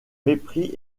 mépris